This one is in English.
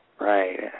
Right